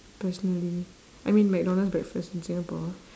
personally I mean mcdonald's breakfast in singapore